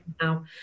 now